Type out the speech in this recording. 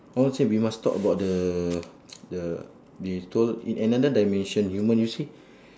all same we must talk about the the they told in another dimension human you see